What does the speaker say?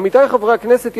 עמיתי חברי הכנסת,